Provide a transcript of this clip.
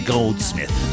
Goldsmith